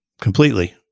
completely